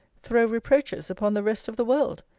throw reproaches upon the rest of the world?